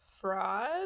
fraud